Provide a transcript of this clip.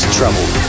Trouble